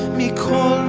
because